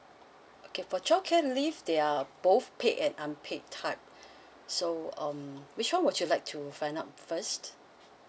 okay for sure can leave there are both paid and unpaid type so um which one would you like to find out first